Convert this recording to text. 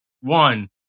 one